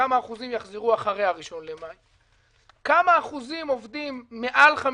כמה אחוזים יחזרו אחרי הראשון במאי; כמה אחוזים עובדים מעל 50%,